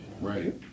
Right